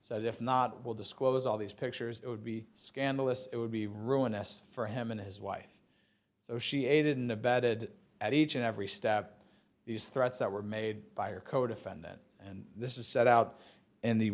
so if not will disclose all these pictures it would be scandalous it would be ruinous for him and his wife so she aided and abetted at each and every step these threats that were made by her codefendant and this is set out in the